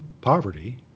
poverty